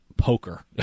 poker